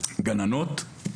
יש לנו מורה למתמטיקה, גננות.